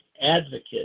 advocate